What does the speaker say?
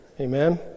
Amen